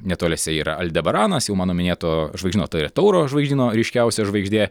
netoliese yra aldebaranas jau mano minėto žvaigždyno tai yra tauro žvaigždyno ryškiausia žvaigždė